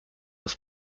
was